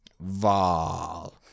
Val